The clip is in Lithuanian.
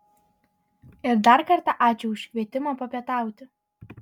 ir dar kartą ačiū už kvietimą papietauti